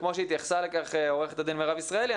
וכמו שהתייחסה לכך עורכת הדין מירב ישראלי,